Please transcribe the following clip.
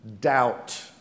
doubt